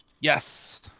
Yes